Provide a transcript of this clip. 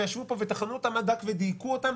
ישבו פה וטחנו אותם עד דק ודייקו אותם